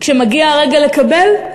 כשמגיע הרגע לקבל,